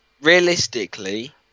realistically